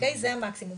זה המקסימום.